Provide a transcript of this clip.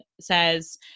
says